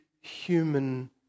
human